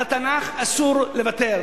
על התנ"ך אסור לוותר.